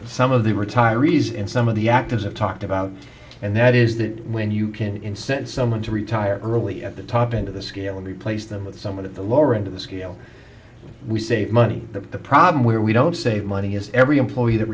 some of the retirees in some of the actors have talked about and that is that when you can incense someone to retire early at the top end of the scale and replace them with someone at the lower end of the scale we save money the problem where we don't save money is every employee that